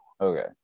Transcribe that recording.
Okay